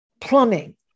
plumbing